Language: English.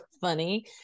funny